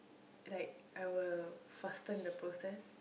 like I will fasten the process